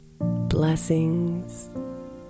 Blessings